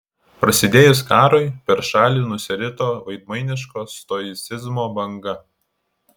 prasidėjus karui per šalį nusirito veidmainiško stoicizmo banga